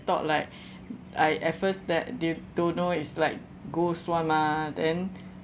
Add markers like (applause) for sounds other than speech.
thought like (breath) I at first that they don't know is like ghost [one] mah then